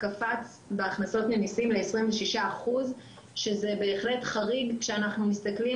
קפץ בהכנסות ממסים ל-26% שזה בהחלט חריג כשאנחנו מסתכלים